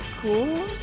cool